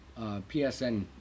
PSN